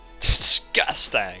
Disgusting